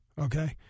okay